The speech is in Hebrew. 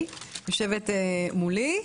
בבקשה,